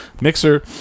mixer